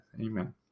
Amen